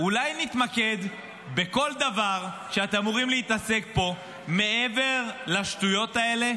אולי נתמקד בכל דבר שאתם אמורים להתעסק בו מעבר לשטויות האלה?